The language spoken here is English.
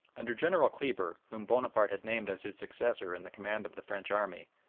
under general kleber, whom bonaparte had named as his successor in the command of the french army,